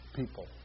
people